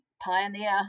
Pioneer